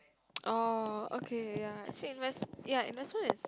orh okay ya actually invest ya investment is